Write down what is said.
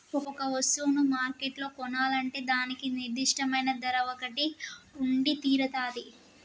ఒక వస్తువును మార్కెట్లో కొనాలంటే దానికి నిర్దిష్టమైన ధర ఒకటి ఉండితీరతాది